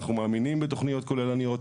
אנחנו מאמינים בתכניות כוללניות.